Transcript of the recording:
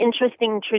interesting